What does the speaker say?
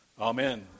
Amen